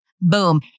Boom